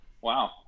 Wow